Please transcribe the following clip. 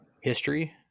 history